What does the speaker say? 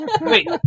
Wait